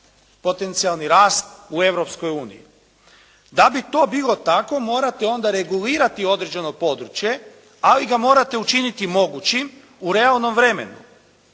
potencijalni rast u Europskoj uniji. Da bi to bilo tako morate onda regulirati određeno područje, ali ga morate učiniti mogućim u realnom vremenu.